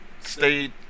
stayed